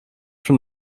from